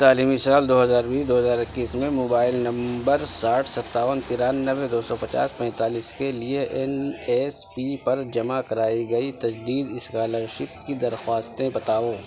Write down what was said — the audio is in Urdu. تعلیمی سال دو ہزار بیس دو ہزار اکیس میں موبائل نمبر ساٹھ ستاون ترانوے دو سو پچاس پینتالیس کے لیے این ایس پی پر جمع کرائی گئی تجدید اسکالر شپ کی درخواستیں بتاؤ